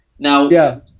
Now